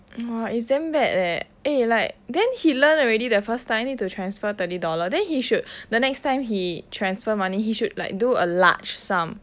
!wah! it's damn bad leh eh like then he learn already the first time need to transfer thirty dollar then he should the next time he transfer money he should like do a large sum